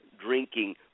drinking